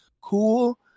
cool